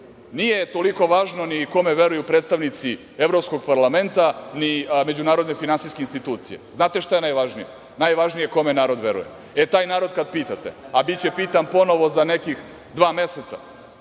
toliko važno ni kome veruju predstavnici Evropskog parlamenta, ni Međunarodne finansijske institucije. Znate šta je najvažnije? Najvažnije je kome narod veruje. Taj narod kada pitate, a biće pitan ponovo za nekih dva meseca,